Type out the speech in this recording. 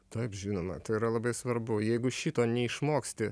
taip žinoma tai yra labai svarbu jeigu šito neišmoksti